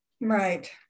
Right